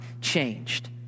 changed